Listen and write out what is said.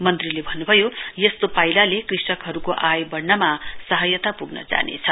मन्त्रीले भन्नुभयो यस्तो पाइलाले कृषकहरूको आय बढ्नमा सहायता पुग्न जानेछ